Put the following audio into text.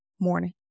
morning